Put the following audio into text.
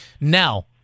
now